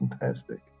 fantastic